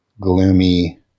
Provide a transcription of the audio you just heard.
gloomy